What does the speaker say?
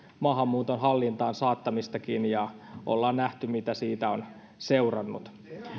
maahanmuuton hallintaan saattamistakin ja ollaan nähty mitä siitä on seurannut